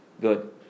Good